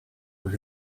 were